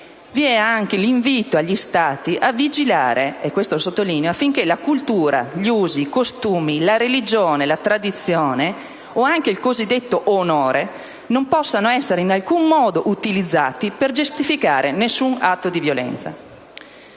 vi è un invito rivolto agli Stati a vigilare - lo sottolineo - affinché la cultura, gli usi e i costumi, la religione, la tradizione o il cosiddetto onore non possano essere in alcun modo utilizzati per giustificare alcun atto di violenza.